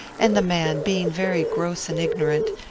and the man, being very gross and ignorant,